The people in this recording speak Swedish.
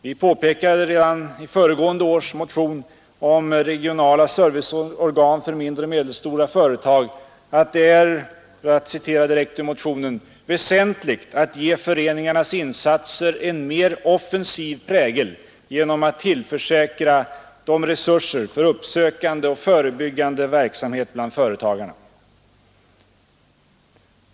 Vi påpekade redan i föregående års motion om regionala serviceorgan för mindre och medelstora företag att det är ”väsentligt att ge föreningarnas insatser en mer offensiv prägel genom att tillförsäkra dem resurser för uppsökande och förebyggande verksamhet bland företagare”.